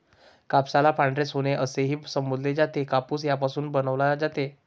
कापसाला पांढरे सोने असेही संबोधले जाते, कापूस यापासून बनवला जातो